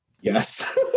Yes